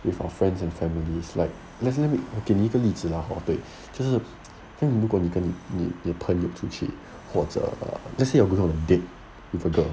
with our friends and families like let's say 我给你一个例子啦 hor 对就是因为你跟你的朋友出去或者 err let's say you're going on a date with a girl